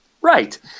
right